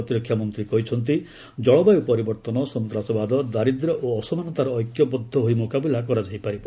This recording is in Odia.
ପ୍ରତିରକ୍ଷା ମନ୍ତ୍ରୀ କହିଛନ୍ତି ଜଳବାୟୁ ପରିବର୍ଭନ ସନ୍ତାସବାଦ ଦାରିଦ୍ର୍ୟ ଓ ଅସମାନତାର ଐକ୍ୟବଦ୍ଧ ହୋଇ ମୁକାବିଲା କରାଯାଇପାରିବ